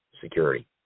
security